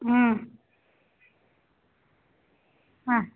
ம் ஆ